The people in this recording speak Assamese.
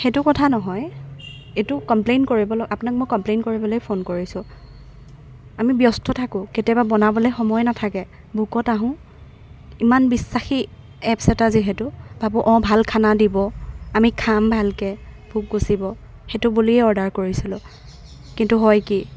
সেইটো কথা নহয় এইটো কমপ্লেইন কৰিবলৈ আপোনাক মই কমপ্লেইন কৰিবলেই ফোন কৰিছোঁ আমি ব্যস্ত থাকোঁ কেতিয়াবা বনাবলৈ সময় নাথাকে ভোকত আহোঁ ইমান বিশ্বাসী এপছ এটা যিহেতু ভাবোঁ অঁ ভাল খানা দিব আমি খাম ভালকৈ ভোক গুচিব সেইটো বুলিয়েই অৰ্ডাৰ কৰিছিলো কিন্তু হয় কি